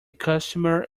customer